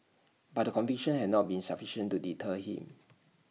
but the convictions have not been sufficient to deter him